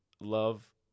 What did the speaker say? love